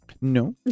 No